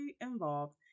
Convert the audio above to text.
involved